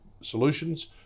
solutions